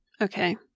Okay